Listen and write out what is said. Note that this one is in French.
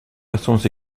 versions